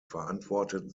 verantwortet